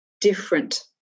different